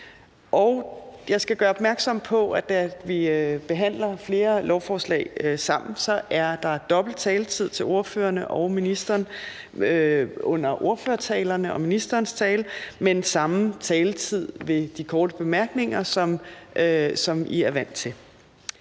Jeg skal gøre opmærksom på, at da vi behandler flere lovforslag sammen, er der dobbelt taletid til ordførerne og ministeren under ordførertalerne og ministerens tale, men samme taletid ved de korte bemærkninger, som I er vant til.